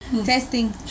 Testing